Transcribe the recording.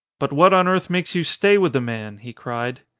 but what on earth makes you stay with the man? he cried.